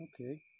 Okay